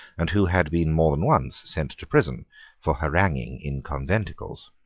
and who had been more than once sent to prison for haranguing in conventicles.